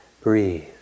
Breathe